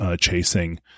chasing